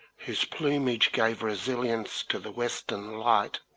whose plumage gave resilience to the western light,